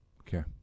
Okay